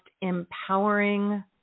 empowering